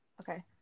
Okay